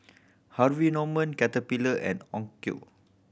Harvey Norman Caterpillar and Onkyo